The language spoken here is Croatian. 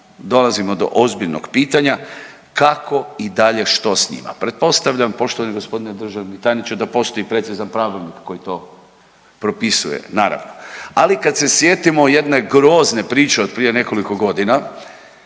dolazimo do ozbiljnog pitanja kako i dalje što s njima? Pretpostavljam poštovani g. državni tajniče da postoji precizan pravilnik koji to propisuje naravno. Ali kad se sjetimo jedne grozne priče od prije nekoliko godina